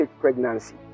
pregnancy